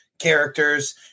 characters